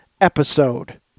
episode